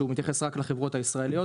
שהוא מתייחס רק לחברות הישראליות.